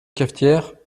cafetière